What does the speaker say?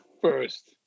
First